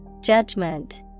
Judgment